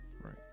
Right